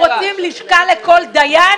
אנחנו רוצים לשכה לכל דיין,